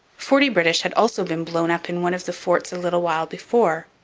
forty british had also been blown up in one of the forts a little while before.